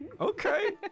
Okay